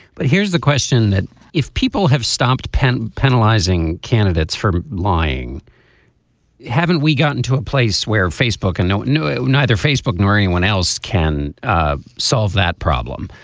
but here's the question that if people have stopped penn penalizing candidates for lying haven't we gotten to a place where facebook and not new. neither facebook nor anyone else can solve that problem.